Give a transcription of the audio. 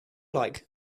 like